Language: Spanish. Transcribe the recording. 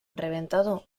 reventado